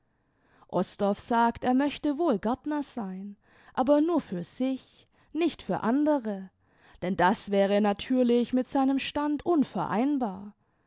osdorff sagt er möchte wohl gärtner sein aber nur für sich nicht für andere denn das wäre natürlich mit seinem stand unvereinbar